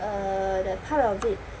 uh that part of it